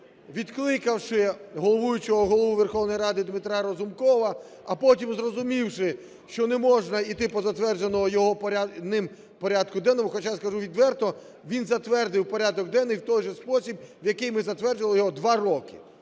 відкликавши головуючого, Голову Верховної Ради Дмитра Разумкова, а потім зрозумівши, що не можна йти по затвердженому ним порядку денному, хоча скажу відверто, він затвердив порядок денний в той же спосіб, в який ми затверджували його два роки.